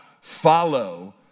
follow